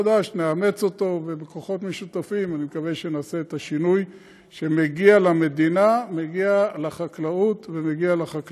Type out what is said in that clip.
אני מוכן לדיון בכל